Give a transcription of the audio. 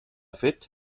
fet